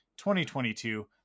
2022